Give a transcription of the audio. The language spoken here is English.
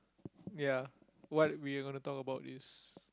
ya what we're going to talk about is